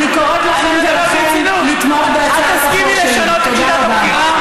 את מסכימה לשאלה?